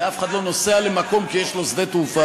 אף אחד לא נוסע למקום כי יש לו שדה תעופה.